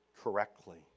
correctly